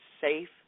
safe